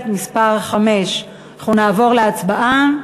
שמספרה 5. אנחנו נעבור להצבעה.